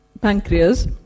pancreas